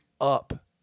up